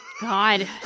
God